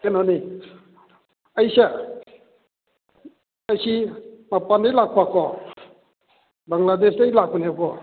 ꯀꯩꯅꯣꯅꯤ ꯑꯩꯁꯦ ꯑꯩꯁꯤ ꯃꯄꯥꯟꯗꯩ ꯂꯥꯛꯄꯀꯣ ꯕꯪꯂ꯭ꯒꯥꯗꯦꯁꯇꯩ ꯂꯥꯛꯄꯅꯦꯕꯀꯣ